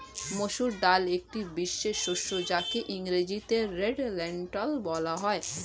মুসুর ডাল একটি বিশেষ শস্য যাকে ইংরেজিতে রেড লেন্টিল বলা হয়